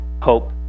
hope